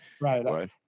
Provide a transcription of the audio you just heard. Right